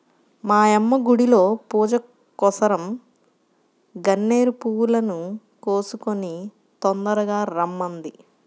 మా యమ్మ గుడిలో పూజకోసరం గన్నేరు పూలను కోసుకొని తొందరగా రమ్మంది